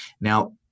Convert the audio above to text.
Now